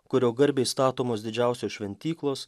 kurio garbei statomos didžiausios šventyklos